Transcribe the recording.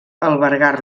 albergar